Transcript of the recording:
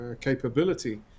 capability